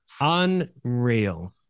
Unreal